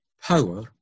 power